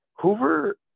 Hoover